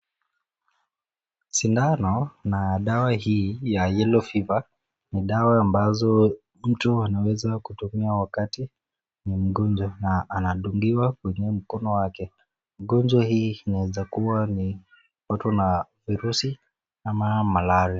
Sindano na dawa hii ya yellow fever ni dawa ambazo mtu anaweza kutumia wakati ni mgonjwa na anadungiwa kwenye mkono wake . Gonjwa hii inaweza kuwa imepatwa na virusi ama malaria.